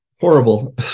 horrible